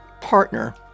partner